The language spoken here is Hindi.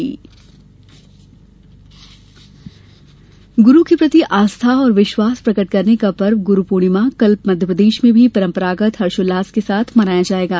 गुरू पूर्णिमा गुरू के प्रति आस्था और विश्वास प्रकट करने का पर्व गुरू पूर्णिमा कल मध्यप्रदेश में भी परंपरागत हर्षोल्लास के साथ मनाया जायेगा